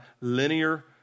linear